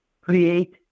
create